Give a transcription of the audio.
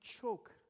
choke